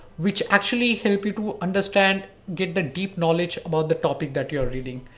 which actually help you to understand get the deep knowledge about the topic that you're reading.